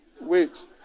Wait